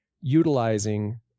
utilizing